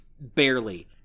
barely